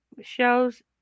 shows